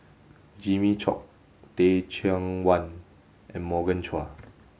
Jimmy Chok Teh Cheang Wan and Morgan Chua